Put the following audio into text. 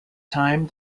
time